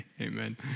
amen